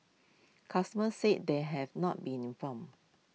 customers said they had not been informed